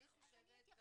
אני חושבת,